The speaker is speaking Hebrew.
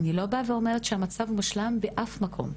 אני לא אומרת שהמצב מושלם באף מקום,